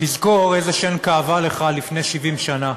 תזכור איזו שן כאבה לך לפני 70 שנה,